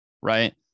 Right